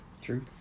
True